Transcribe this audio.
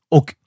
Och